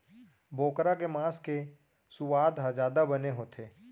बोकरा के मांस के सुवाद ह जादा बने होथे